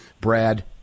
Brad